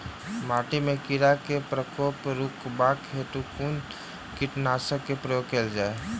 माटि मे कीड़ा केँ प्रकोप रुकबाक हेतु कुन कीटनासक केँ प्रयोग कैल जाय?